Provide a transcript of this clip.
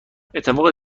اتفاق